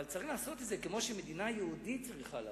אבל צריך לעשות את זה כמו שמדינה יהודית צריכה לעשות,